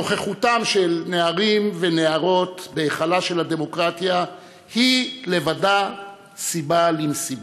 נוכחותם של נערים ונערות בהיכלה של הדמוקרטיה היא לבדה סיבה למסיבה.